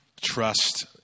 trust